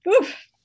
oof